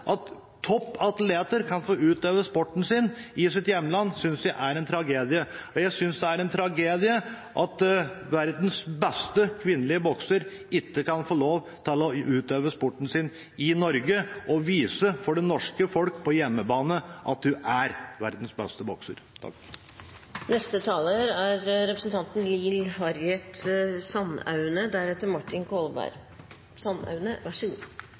at topp atleter får utøve sporten sin i hjemlandet, synes jeg er en tragedie. Jeg synes det er en tragedie at verdens beste kvinnelige bokser ikke kan få lov til å utøve sporten sin i Norge og vise for det norske folk på hjemmebane at hun er verdens beste bokser. Dette er